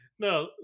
No